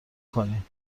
کنی